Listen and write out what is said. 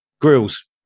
grills